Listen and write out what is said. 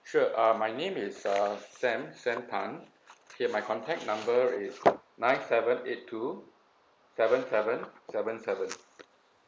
sure uh my name is uh sam sam tan K my contact number is nine seven eight two seven seven seven seven